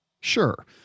Sure